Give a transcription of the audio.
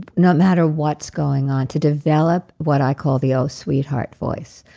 no matter what's going on, to develop what i call the oh, sweetheart' voice.